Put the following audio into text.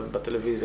בטלוויזיה.